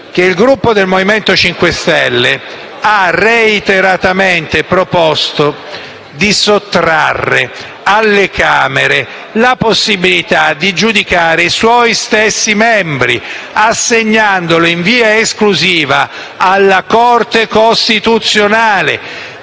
che il Gruppo del Movimento 5 Stelle ha reiteratamente proposto di sottrarre alle Camere la possibilità di giudicare i suoi stessi membri, assegnando tale compito in via esclusiva alla Corte costituzionale.